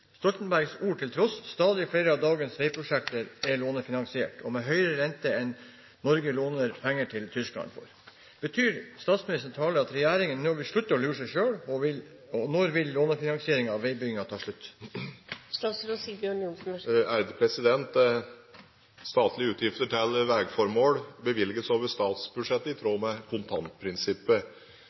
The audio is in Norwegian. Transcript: Stoltenbergs ord til tross – stadig flere av dagens veiprosjekter er lånefinansiert og med høyere rentenivå enn hva Norge låner penger til Tyskland for. Betyr statsministerens tale at regjeringen nå vil slutte å lure seg selv, og når vil lånefinansiering av veibygging ta slutt?» Statlige utgifter til veiformål bevilges over statsbudsjettet i tråd med kontantprinsippet.